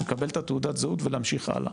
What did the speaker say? לבל את תעודת הזהות ולהמשיך האלה.